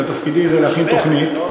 אלא תפקידי להכין תוכנית.